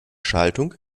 schaltung